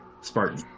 Spartan